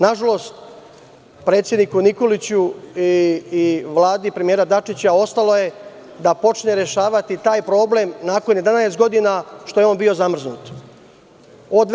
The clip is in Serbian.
Nažalost, predsedniku Nikoliću i Vladi premijera Dačića ostalo je da počne rešavati taj problem nakon što je bio zamrznut 11 godina.